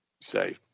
Say